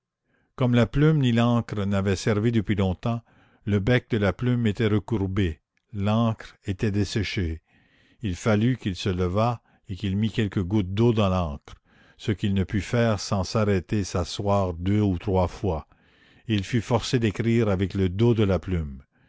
comme la plume ni l'encre n'avaient servi depuis longtemps le bec de la plume était recourbé l'encre était desséchée il fallut qu'il se levât et qu'il mît quelques gouttes d'eau dans l'encre ce qu'il ne put faire sans s'arrêter et s'asseoir deux ou trois fois et il fut forcé d'écrire avec le dos de la plume